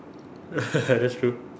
that's true